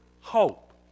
hope